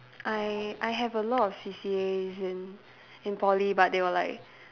I I have a lot of C_C_As in in Poly but they were like